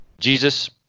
jesus